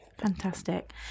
fantastic